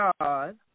God